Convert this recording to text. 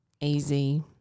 easy